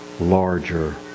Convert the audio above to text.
larger